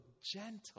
gentle